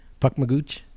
Puckmagooch